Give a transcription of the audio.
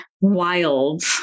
wild